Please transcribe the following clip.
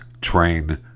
train